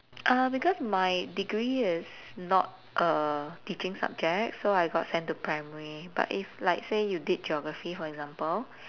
um because my degree is not a teaching subject so I got sent to primary but if like say you did geography for example